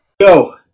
go